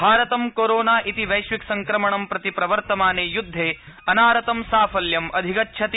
भारतं कोरोना इति वैश्वकसंक्रमणं प्रति प्रवर्तमाने युद्धे अनारतं साफल्यम् अधिगच्छति